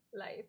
life